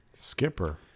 Skipper